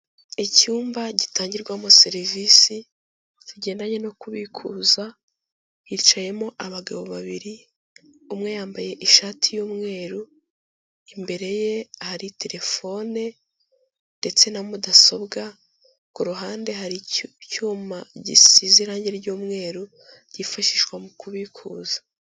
Icyumba gitangirwamo serivisi zigendanye no kubikuza, hicayemo abagabo babiri, umwe yambaye ishati y'umweru, imbere ye ahari telefone ndetse na mudasobwa, ku ruhande hari icyuma gisize irange ry'umweru, cyifashishwa mu kubikuza.